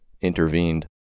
intervened